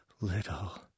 little